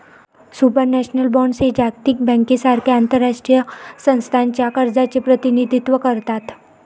supranational bonds हे जागतिक बँकेसारख्या आंतरराष्ट्रीय संस्थांच्या कर्जाचे प्रतिनिधित्व करतात